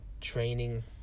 training